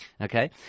Okay